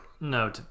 no